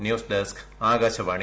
news desk Akashvani